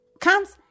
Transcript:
comes